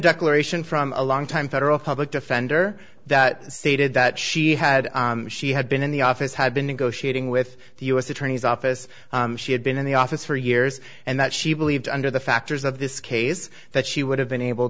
declaration from a long time federal public defender that stated that she had she had been in the office had been negotiating with the u s attorney's office she had been in the office for years and that she believed under the factors of this case that she would have been able